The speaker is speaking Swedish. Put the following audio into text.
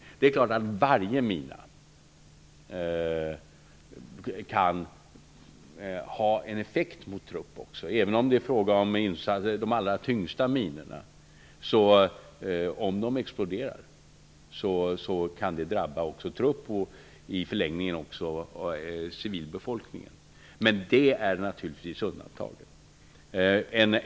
Alla minor kan självklart ha en effekt mot trupper, även de allra tyngsta minorna. Om de exploderar kan det också drabba trupperna. I förlängningen kan det också drabba civilbefolkningen, men det sker naturligtvis bara i undantagsfall.